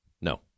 No